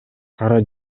кара